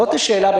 השאלה,